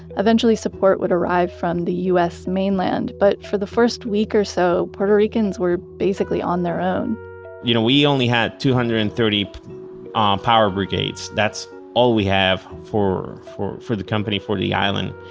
eventually, support would arrive from the u s mainland, but for the first week or so puerto ricans were basically on their own you know, we only had two hundred and thirty um power brigades. that's all we have for for the company, for the island,